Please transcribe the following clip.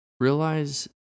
Realize